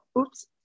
oops